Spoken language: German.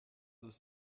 ist